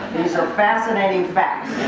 so fascinating facts.